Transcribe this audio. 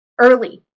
early